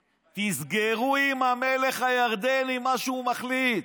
אלא: תסגרו עם המלך הירדני, מה שהוא מחליט.